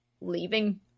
leaving